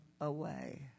away